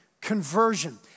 conversion